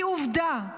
כי עובדה,